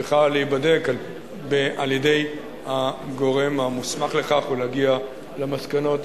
צריכה להיבדק על-ידי הגורם המוסמך לכך ולהגיע למסקנות.